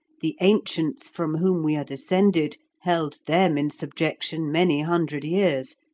the ancients from whom we are descended held them in subjection many hundred years,